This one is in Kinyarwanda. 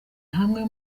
hamwe